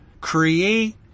create